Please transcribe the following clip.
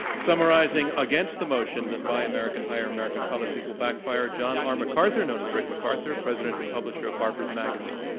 summarizing against the motion that buy american hire american policies will backfire, john r. macarthur, known as rick macarthur, president and publisher of harper's magazine.